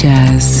Jazz